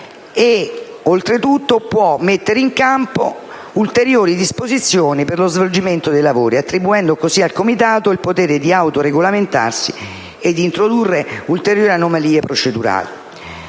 consente di introdurre «ulteriori» disposizioni per lo svolgimento dei lavori, attribuendo così al Comitato il potere di autoregolamentarsi e di introdurre ulteriori anomalie procedurali;